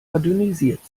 verdünnisiert